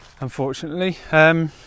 Unfortunately